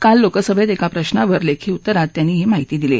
काल लोकसभेत एका प्रश्रावर लेखी उत्तरात त्यांनी ही माहिती दिली